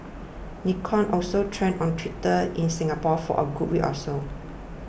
Nikon also trended on Twitter in Singapore for a good week or so